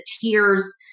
tears